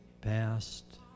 past